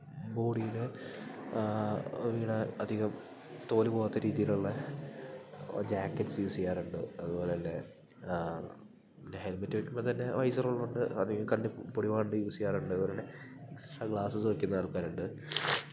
ബോഡീന വീണാൽ അധികം തോല് പോവാത്ത രീതീലുള്ള ജാക്കറ്റ്സ് യൂസ് ചെയ്യാറുണ്ട് അതുപോലെ തന്നെ പിന്നെ ഹെൽമെറ്റ് വെക്കുമ്പം തന്നെ വൈസർ ഉള്ളത് കൊണ്ട് അധികം കണ്ണിൽ പൊടി പോവാണ്ട് യൂസ് ചെയ്യാറുണ്ട് അതുപോലെ തന്നെ എക്സ്ട്രാ ഗ്ലാസസ്സ് വയ്ക്കുന്ന ആൾക്കാർ ഉണ്ട്